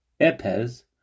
Epez